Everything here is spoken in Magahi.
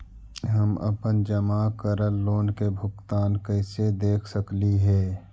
हम अपन जमा करल लोन के भुगतान कैसे देख सकली हे?